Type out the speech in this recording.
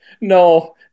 no